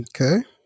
Okay